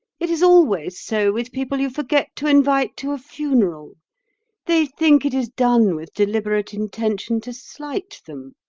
it is always so with people you forget to invite to a funeral they think it is done with deliberate intention to slight them.